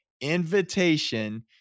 invitation